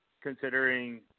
considering